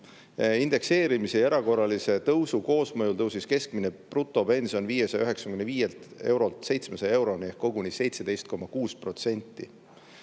Indekseerimise ja erakorralise tõusu koosmõjul tõusis keskmine brutopension 595 eurolt 700 euroni ehk koguni 17,6%.